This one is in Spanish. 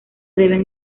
deben